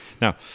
Now